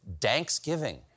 Thanksgiving